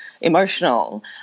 emotional